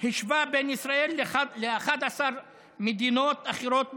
השווה בין ישראל לבין 11 מדינות אחרות בעולם.